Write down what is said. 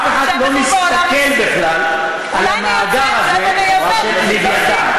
אף אחד לא מסתכל בכלל על המאגר הזה, "לווייתן".